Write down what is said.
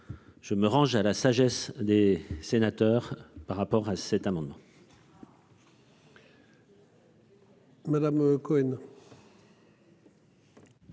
Je me range à la sagesse des sénateurs par rapport à cet amendement.